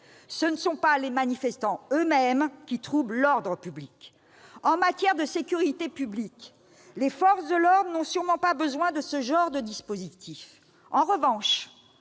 Ce ne sont pas les manifestants eux-mêmes qui troublent l'ordre public. En matière de sécurité publique, les forces de l'ordre n'ont sûrement pas besoin de ce genre de dispositif. En revanche,